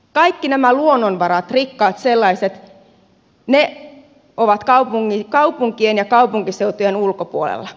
kaikki nämä luonnonvarat rikkaat sellaiset ovat kaupunkien ja kaupunkiseutujen ulkopuolella